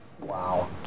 Wow